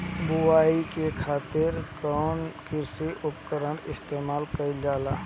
बुआई करे खातिर कउन कृषी उपकरण इस्तेमाल कईल जाला?